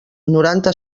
noranta